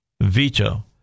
veto